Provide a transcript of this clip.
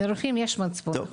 לרופאים יש מצפון.